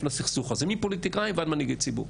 לסכסוך הזה מפוליטיקאים ועד מנהיגי ציבור